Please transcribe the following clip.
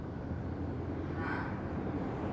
ᱚᱱᱟ